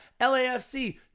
LAFC